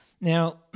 Now